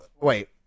Wait